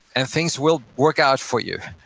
and things will work out for you.